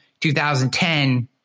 2010